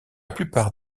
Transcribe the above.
plupart